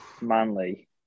Manly